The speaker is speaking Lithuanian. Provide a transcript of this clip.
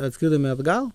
atskridome atgal